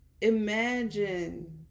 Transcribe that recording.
Imagine